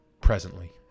presently